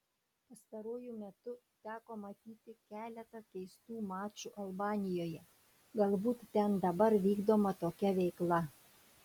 pastaruoju metu teko matyti keletą keistų mačų albanijoje galbūt ten dabar vykdoma tokia veikla